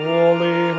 Holy